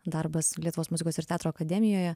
darbas lietuvos muzikos ir teatro akademijoje